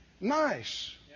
nice